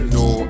no